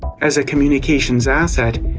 as a communications asset,